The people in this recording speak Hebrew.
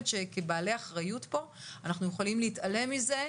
שכבעלי אחריות פה אנחנו יכולים להתעלם מזה,